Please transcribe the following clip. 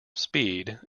speed